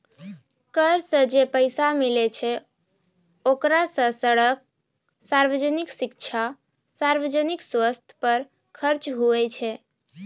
कर सं जे पैसा मिलै छै ओकरा सं सड़क, सार्वजनिक शिक्षा, सार्वजनिक सवस्थ पर खर्च हुवै छै